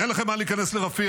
אין לכם מה להיכנס לרפיח,